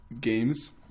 games